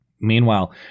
Meanwhile